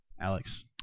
Alex